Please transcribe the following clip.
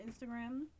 Instagram